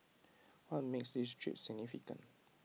what makes this trip significant